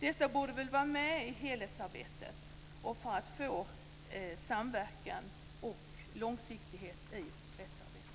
Dessa borde väl vara med i helhetsarbetet för att få samverkan och långsiktighet i rättsarbetet.